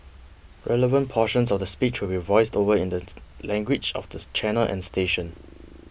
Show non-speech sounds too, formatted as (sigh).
relevant portions of the speech will be voiced over in the (unintelligible) language of this channel and station